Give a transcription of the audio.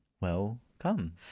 Welcome